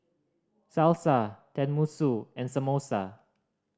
Salsa Tenmusu and Samosa